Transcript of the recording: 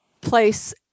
place